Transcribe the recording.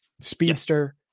speedster